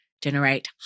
generate